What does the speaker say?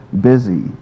busy